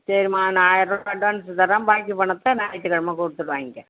சரிம்மா நான் ஆயரூவா அட்வான்ஸ் தர பாக்கி பணத்தை ஞாயித்து கிழம கொடுத்துட்டு வாய்ங்க்க